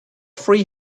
three